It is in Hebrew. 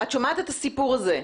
את שומעת את הסיפור הזה.